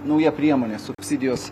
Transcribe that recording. nauja priemonė subsidijos